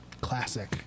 Classic